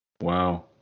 Wow